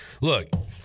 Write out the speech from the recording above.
look